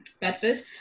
Bedford